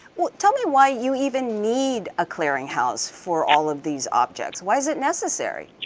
well tell me why you even need a clearinghouse for all of these objects? why is it necessary?